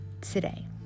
today